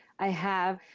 i have.